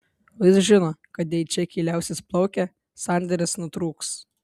o jis žino kad jei čekiai liausis plaukę sandėris nutrūks